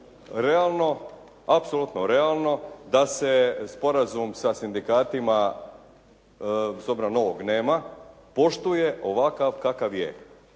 realno apsolutno realno da se sporazum sa sindikatima, s obzirom da novog nema, poštuje ovakav kakav je.